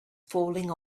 falling